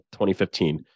2015